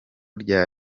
rya